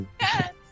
Yes